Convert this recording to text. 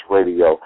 Radio